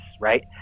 right